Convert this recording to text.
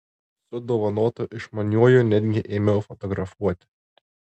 su dovanotu išmaniuoju netgi ėmiau fotografuoti